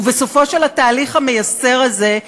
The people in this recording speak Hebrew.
ובסופו של התהליך המייסר הזה,